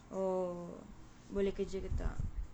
orh boleh kerja ke tak